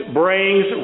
brings